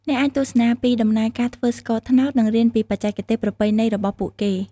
អ្នកអាចទស្សនាពីដំណើរការធ្វើស្ករត្នោតនិងរៀនពីបច្ចេកទេសប្រពៃណីរបស់ពួកគេ។